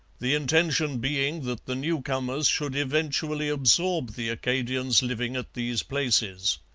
the intention being that the newcomers should eventually absorb the acadians living at these places.